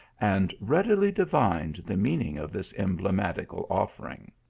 and readily divined the mean ing of this emblematical offering.